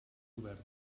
obert